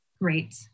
Great